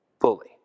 fully